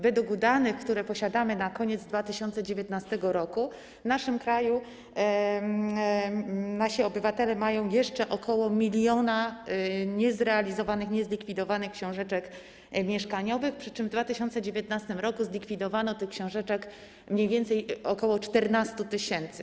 Według danych, które posiadamy, na koniec 2019 r. w naszym kraju, nasi obywatele mieli jeszcze ok. 1 mln niezrealizowanych, niezlikwidowanych książeczek mieszkaniowych, przy czym w 2019 r. zlikwidowano tych książeczek mniej więcej ok. 14 tys.